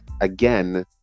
again